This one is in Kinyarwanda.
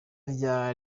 rya